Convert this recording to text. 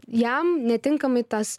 jam netinkamai tas